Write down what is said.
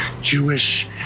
Jewish